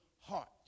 heart